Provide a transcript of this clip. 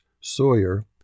Sawyer